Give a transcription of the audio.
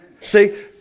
See